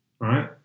right